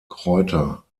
kräuter